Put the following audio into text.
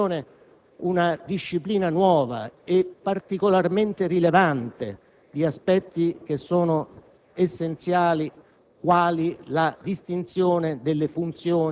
C'è nella legge in discussione una disciplina nuova e particolarmente rilevante di aspetti che sono essenziali,